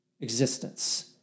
existence